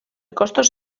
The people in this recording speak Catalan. costos